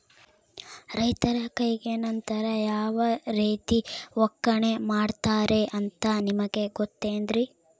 ರೈತರ ಕೈಗೆ ನಂತರ ಯಾವ ರೇತಿ ಒಕ್ಕಣೆ ಮಾಡ್ತಾರೆ ಅಂತ ನಿಮಗೆ ಗೊತ್ತೇನ್ರಿ?